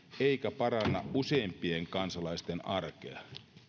eikä paranna useimpien kansalaisten arkea